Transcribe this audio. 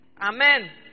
Amen